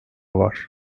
var